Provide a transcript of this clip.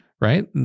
right